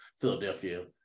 Philadelphia